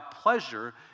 pleasure